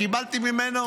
קיבלתם ממנו